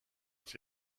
aus